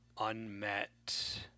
unmet